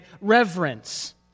reverence